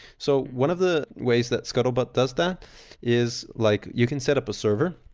so one of the ways that scuttlebutt does that is like you can set up a server,